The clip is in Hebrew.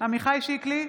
עמיחי שיקלי,